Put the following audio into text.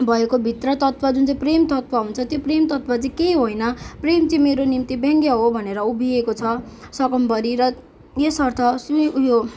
भएको भित्र तत्त्व जुन चाहिँ प्रेम तत्त्व हुन्छ त्यो प्रेम तत्त्व चाहिँ केहि होइन प्रेम चाहिँ मेरो निम्ति व्यङ्ग्य हो भनेर उभिएको छ सकम्बरी र यसर्थ सु उयो